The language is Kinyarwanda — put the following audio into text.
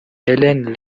ellen